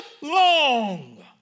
long